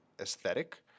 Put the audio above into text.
aesthetic